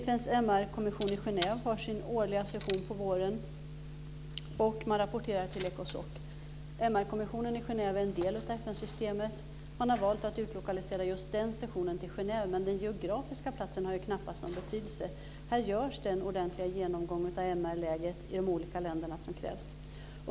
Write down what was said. FN:s MR kommission i Genève har sin årliga session på våren, och man rapporterar till Ecosoc. MR-kommissionen i Genève är en del av FN-systemet. Man har valt att utlokalisera just den sessionen till Genève, men den geografiska platsen har knappast någon betydelse. Här görs den ordentliga genomgång av MR-läget i de olika länderna som krävs.